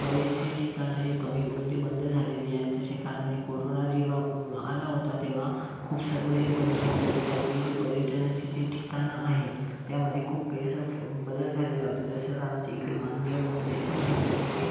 बरेचसे ठिकाणं जे कमी म्हणजे बंद झालेले आहेत जसे कारण हे कोरोना जेव्हा आला होता तेव्हा खूप सर्व हे बंद होतं तर काही काही जे पर्यटनाची जे ठिकाणं आहेत त्यामध्ये खूप काही असा बदल झालेला होता जसं आता आमच्या इकडे मानदेव म्हणून आहे तर मानदेव मुळे